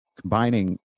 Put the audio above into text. combining